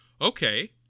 okay